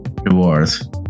rewards